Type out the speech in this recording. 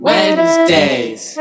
Wednesdays